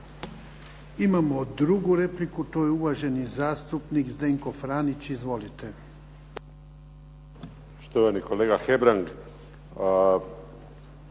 Imamo drugu repliku, to je uvaženi zastupnik Zdenko Franić. Izvolite. **Franić, Zdenko